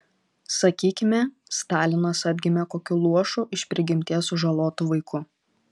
sakykime stalinas atgimė kokiu luošu iš prigimties sužalotu vaiku